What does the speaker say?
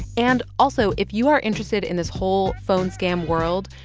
and, also, if you are interested in this whole phone scam world,